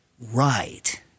right